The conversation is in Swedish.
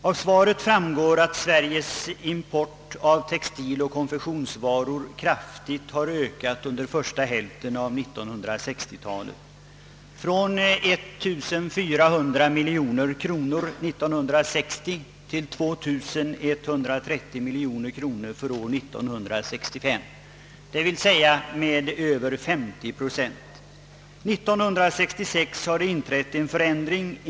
Av svaret framgår att Sveriges import av textiloch konfektionsvaror kraftigt har ökat under första hälften av 1960 talet från 1400 miljoner kronor år 1960 till 2130 miljoner år 1965, d.v.s. med över 50 procent. År 1966 har en förändring inträffat.